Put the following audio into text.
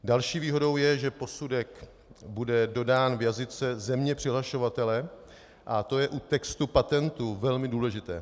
Další výhodou je, že posudek bude dodán v jazyce země přihlašovatele, a to je u textu patentů velmi důležité.